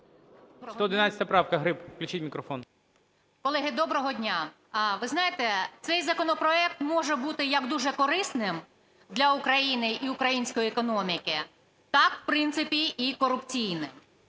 111 правка, Гриб. Включіть мікрофон. 13:26:18 ГРИБ В.О. Колеги, доброго дня. Ви знаєте, цей законопроект може бути як дуже корисним для України і української економіки, так, в принципі, і корупційним.